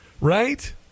Right